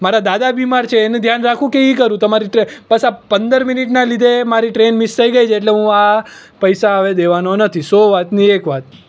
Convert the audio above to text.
મારા દાદા બીમાર છે એનું ધ્યાન રાખું કે એ કરું કે બસ આ પંદર મિનીટના લીધે મારી ટ્રેન મિસ થઈ ગઈ છે એટલે હું આ પૈસા હવે દેવાનો નથી સો વાતની એક વાત